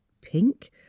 pink